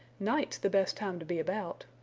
night's the best time to be about.